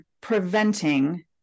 preventing